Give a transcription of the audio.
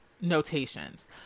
notations